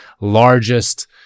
largest